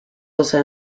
also